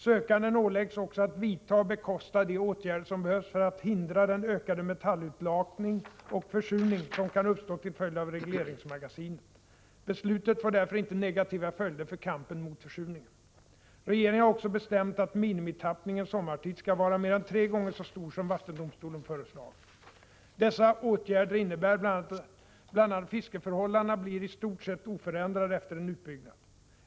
Sökanden åläggs också att vidta och bekosta de åtgärder som behövs för att hindra den ökade metallutlakning och försurning som kan uppstå till följd av regleringsmagasinet. Beslutet får därför inte negativa följder för kampen mot försurningen. Regeringen har också bestämt att minimitappningen sommartid skall vara mer än tre gånger så stor som vattendomstolen föreslagit. Dessa åtgärder innebär att bl.a. fiskeförhållandena blir i stort sett oförändrade efter en utbyggnad.